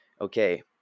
okay